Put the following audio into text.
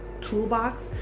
toolbox